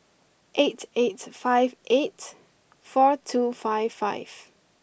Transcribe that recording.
eight eight five eight four two five five